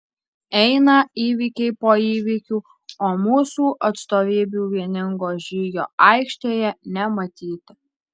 eina įvykiai po įvykių o mūsų atstovybių vieningo žygio aikštėje nematyti